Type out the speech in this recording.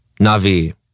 Navi